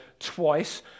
twice